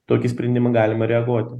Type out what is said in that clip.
tokį sprendimą galima reaguoti